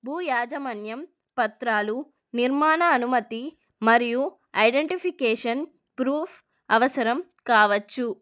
భూ యాజమాన్యం పత్రాలు నిర్మాణ అనుమతి మరియు ఐడెంటిఫికేషన్ ప్రూఫ్ అవసరం కావచ్చు